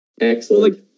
Excellent